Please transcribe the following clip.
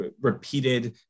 repeated